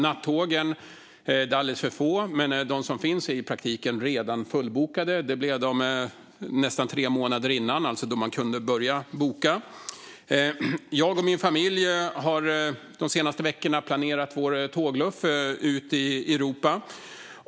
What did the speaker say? Nattågen är alldeles för få, men de som finns är i praktiken redan fullbokade. Det blev de nästan tre månader innan, det vill säga från och med att man kunde börja boka biljetter. Jag och min familj har de senaste veckorna planerat vår tågluffning ut i Europa.